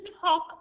talk